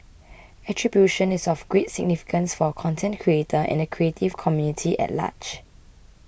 attribution is of great significance for a content creator and the creative community at large